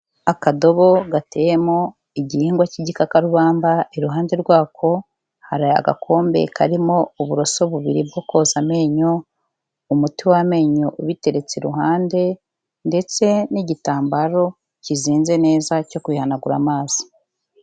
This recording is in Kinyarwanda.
Akadobo gateyemo igihingwa k'igikakarubamba iruhande rwako hari agakombe karimo uburoso bubiri bwo koza amenyo; umuti w'amenyo ubiteretse iruhande ndetse n'igitambaro kizinze neza cyo kwihanagura amazi.